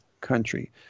country